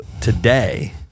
today